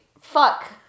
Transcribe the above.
Fuck